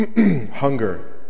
hunger